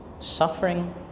suffering